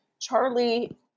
Charlie